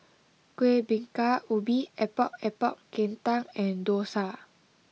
Kueh Bingka Ubi Epok Epok Kentang and Dosa